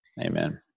Amen